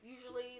usually